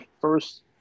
First